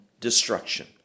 destruction